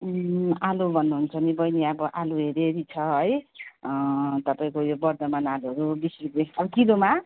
आलु भन्नु हुन्छ भने बहिनी अब आलु हेरी हेरी छ है तपाईँको यो बर्द्धमान आलुहरू बिस रुपियाँ अब किलोमा